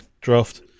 draft